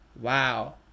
wow